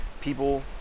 people